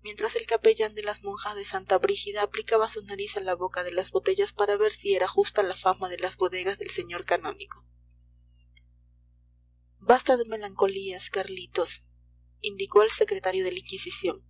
mientras el capellán de las monjas de santa brígida aplicaba su nariz a la boca de las botellas para ver si era justa la fama de las bodegas del señor canónigo basta de melancolías carlitos indicó el secretario de la inquisición